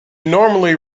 normally